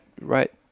right